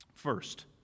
First